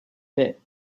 bit